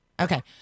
Okay